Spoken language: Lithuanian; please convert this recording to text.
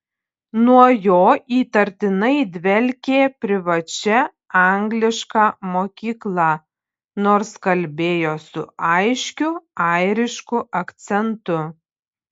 nuo jo įtartinai dvelkė privačia angliška mokykla nors kalbėjo su aiškiu airišku akcentu